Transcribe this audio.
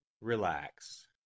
Relax